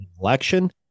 Election